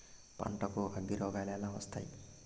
పంటకు అగ్గిరోగాలు ఎలా వస్తాయి?